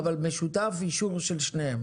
אבל במשותף, אישור של שניהם.